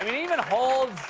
i mean even holds